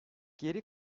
geri